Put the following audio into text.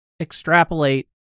extrapolate